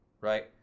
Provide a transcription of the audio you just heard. right